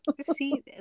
See